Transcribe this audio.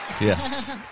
Yes